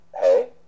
hey